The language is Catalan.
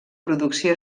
producció